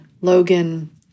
Logan